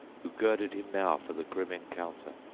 who girded him now for the grim encounter.